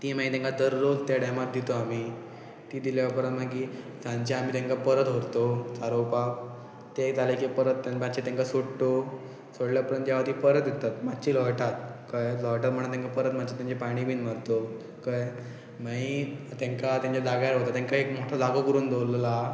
ती मागीर तेंकां दररोज त्या टायमार दितो आमी तीं दिल्या उपरांत मागीर सांचे आमी तेंकां परत व्हरतो चारोवपाक ते जालें की परत मात्शें तेंकां सोडटो सोडल्या उपरांत जेवा ती परत येतात मात्शी लोळटात कळ्ळें लोळटात म्हणून तेंकां परत मात्शे तेंचे पाणी बीन मारतो कळ्ळें मागीर तेंकां तेंच्या जाग्यार व्हरता तेंकां एक मोठो जागो करून दवरलेलो आसा